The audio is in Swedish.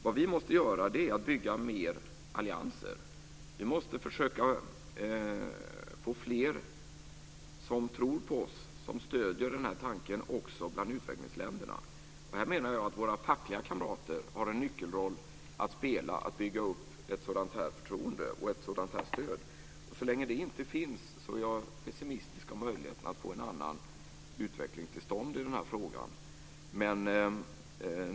Vad vi måste göra är att bygga fler allianser. Vi måste försöka få fler som tror på oss och som stöder den här tanken också bland utvecklingsländerna. Jag menar att våra fackliga kamrater har en nyckelroll när det gäller att bygga upp ett sådant förtroende och ett sådant stöd. Så länge det inte finns är jag pessimistisk om möjligheterna att få till stånd en annan utveckling i den här frågan.